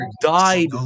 died